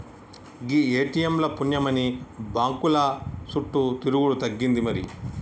గీ ATM ల పుణ్యమాని బాంకుల సుట్టు తిరుగుడు తగ్గింది మరి